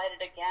again